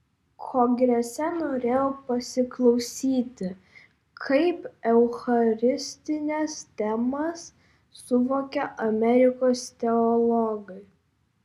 kongrese norėjau pasiklausyti kaip eucharistines temas suvokia amerikos teologai